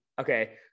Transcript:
Okay